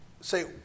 Say